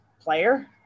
player